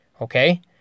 okay